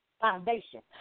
foundation